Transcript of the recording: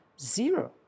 zero